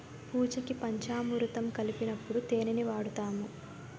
పూజకి పంచామురుతం కలిపినప్పుడు తేనిని వాడుతాము